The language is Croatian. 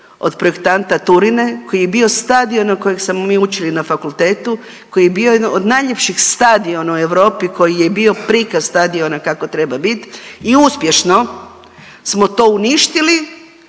od projektanta Turine koji je bio stadion o kojem smo mi učili na fakultetu, koji je bio jedan od najljepših stadiona u Europi, koji je bio prikaz stadiona kako treba bit i uspješno smo to uništili,